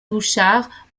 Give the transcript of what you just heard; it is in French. bouchard